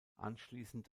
anschließend